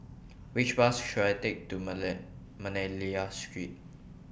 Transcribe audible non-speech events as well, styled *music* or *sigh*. Which Bus should I Take to *unintelligible* Manila Street